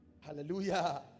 Hallelujah